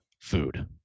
food